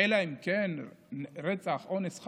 אלא אם כן יש רצח או אונס,